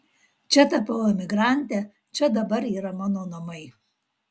čia tapau emigrante čia dabar yra mano namai